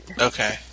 okay